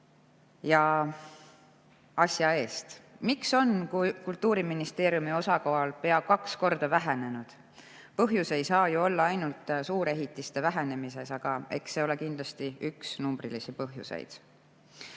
ja asja eest: miks on Kultuuriministeeriumi osakaal pea kaks korda vähenenud? Põhjus ei saa ju olla ainult suurehitiste vähenemises, aga eks see ole ka kindlasti üks numbrilisi põhjuseid.